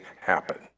happen